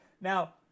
Now